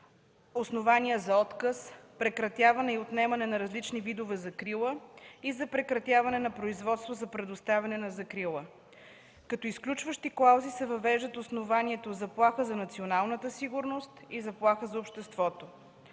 основанията за отказ, прекратяване и отнемане на различните видове закрила и за прекратяване на производството за предоставяне на закрила; като изключващи клаузи се въвеждат основанието „заплаха за националната сигурност” и „заплаха за обществото”.